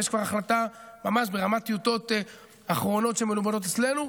ויש כבר החלטה ממש ברמת טיוטות אחרונות שמלובנות אצלנו.